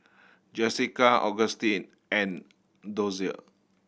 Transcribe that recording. Jessika Augustine and Dozier